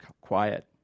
quiet